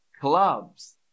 clubs